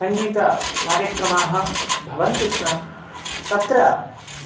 सङ्गीतकार्यक्रमाः भवन्ति स्म तत्र